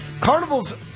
Carnivals